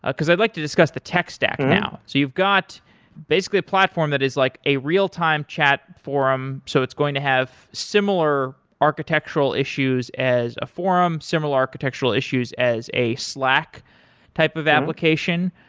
because i'd like to discuss the tech stack now. you've got basically a platform that is like a real-time chat forum, so it's going to have similar architectural issues as a forum, similar architectural issues as a slack-type of application.